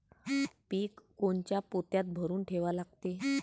पीक कोनच्या पोत्यात भरून ठेवा लागते?